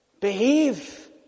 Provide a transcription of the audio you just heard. behave